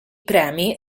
premi